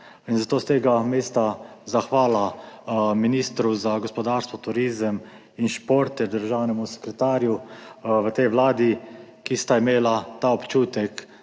Zato s tega mesta zahvala ministru za gospodarstvo, turizem in šport ter državnemu sekretarju v tej vladi, ki sta imela ta občutek,